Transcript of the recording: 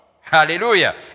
Hallelujah